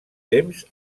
temps